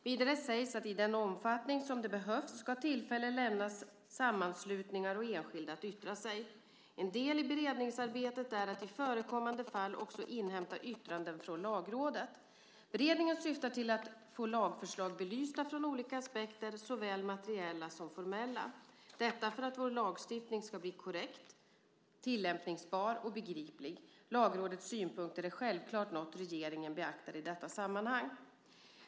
Vidare sägs att i den omfattning som det behövs ska sammanslutningar och enskilda lämnas tillfälle att yttra sig. En del i beredningsarbetet är att i förekommande fall också inhämta yttranden från Lagrådet. Beredningen syftar till att få lagförslag belysta från olika aspekter, såväl materiella som formella - detta för att vår lagstiftning ska bli korrekt, tillämpningsbar och begriplig. Lagrådets synpunkter är självklart något regeringen beaktar i detta sammanhang.